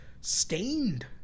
stained